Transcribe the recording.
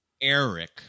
Eric